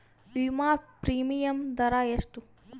ವಿಮಾ ಪ್ರೀಮಿಯಮ್ ದರಾ ಎಷ್ಟು?